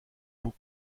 pour